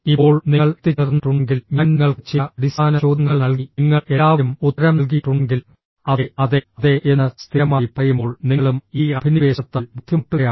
ഇപ്പോൾ നിങ്ങൾ എത്തിച്ചേർന്നിട്ടുണ്ടെങ്കിൽ ഞാൻ നിങ്ങൾക്ക് ചില അടിസ്ഥാന ചോദ്യങ്ങൾ നൽകി നിങ്ങൾ എല്ലാവരും ഉത്തരം നൽകിയിട്ടുണ്ടെങ്കിൽ അതെ അതെ അതെ എന്ന് സ്ഥിരമായി പറയുമ്പോൾ നിങ്ങളും ഈ അഭിനിവേശത്താൽ ബുദ്ധിമുട്ടുകയാണ്